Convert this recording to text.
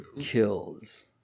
Kills